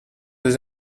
des